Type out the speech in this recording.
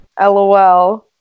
Lol